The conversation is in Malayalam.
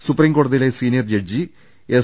സുപ്രീംകോടതിയിലെ സീനിയർ ജഡ്ജി എസ്